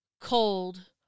Cold